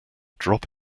drop